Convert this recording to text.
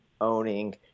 owning